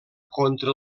contra